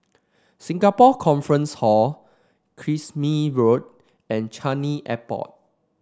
Singapore Conference Hall Kismis Road and Changi Airport